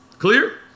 Clear